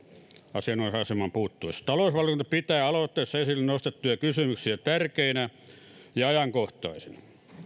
asianomaisaseman puuttuessa talousvaliokunta pitää aloitteessa esille nostettuja kysymyksiä tärkeinä ja ajankohtaisina